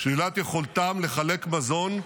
-- שלילת יכולתם לחלק מזון,